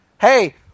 Hey